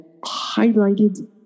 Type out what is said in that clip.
highlighted